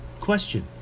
Question